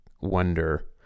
wonder